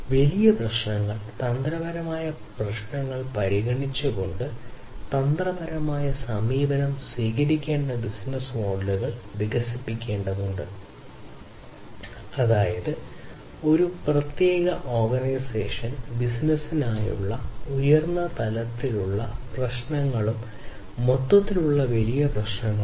വലിയ പ്രശ്നങ്ങൾ തന്ത്രപരമായ പ്രശ്നങ്ങൾ പരിഗണിച്ചുകൊണ്ട് തന്ത്രപരമായ സമീപനം സ്വീകരിക്കേണ്ട ബിസിനസ്സ് മോഡലുകൾ വികസിപ്പിക്കേണ്ടതുണ്ട് അതായത് ഒരു പ്രത്യേക ഓർഗനൈസേഷൻ ബിസിനസ്സിനായുള്ള ഉയർന്ന തലത്തിലുള്ള പ്രശ്നങ്ങളും മൊത്തത്തിലുള്ള വലിയ പ്രശ്നങ്ങളും